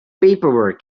paperwork